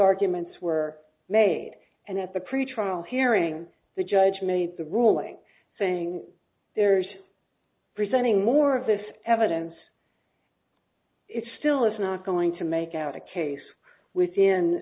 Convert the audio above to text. arguments were made and at the pretrial hearing the judge made the ruling saying there's presenting more of this evidence it still is not going to make out a case within